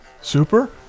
super